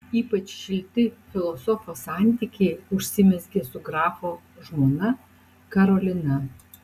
ypač šilti filosofo santykiai užsimezgė su grafo žmona karolina